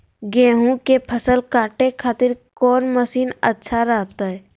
गेहूं के फसल काटे खातिर कौन मसीन अच्छा रहतय?